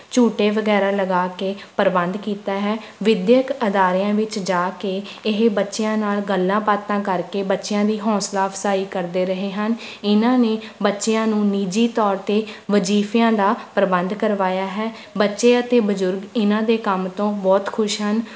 ਝੂਟੇ ਵਗੈਰਾ ਲਗਾ ਕੇ ਪ੍ਰਬੰਧ ਕੀਤਾ ਹੈ ਵਿੱਦਿਅਕ ਅਦਾਰਿਆਂ ਵਿੱਚ ਜਾ ਕੇ ਇਹ ਬੱਚਿਆਂ ਨਾਲ ਗੱਲਾਂ ਬਾਤਾਂ ਕਰਕੇ ਬੱਚਿਆਂ ਦੀ ਹੌਂਸਲਾ ਅਫਸਾਈ ਕਰਦੇ ਰਹੇ ਹਨ ਇਨ੍ਹਾਂ ਨੇ ਬੱਚਿਆਂ ਨੂੰ ਨਿੱਜੀ ਤੌਰ 'ਤੇ ਵਜ਼ੀਫਿਆਂ ਦਾ ਪ੍ਰਬੰਧ ਕਰਵਾਇਆ ਹੈ ਬੱਚੇ ਅਤੇ ਬਜੁਰਗ ਇਨ੍ਹਾਂ ਦੇ ਕੰਮ ਤੋਂ ਬਹੁਤ ਖੁਸ਼ ਹਨ